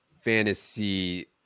fantasy